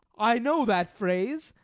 i know that phrase.